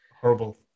horrible